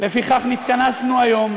"לפיכך נתכנסנו היום,